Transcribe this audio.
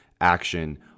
action